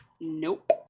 Nope